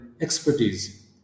expertise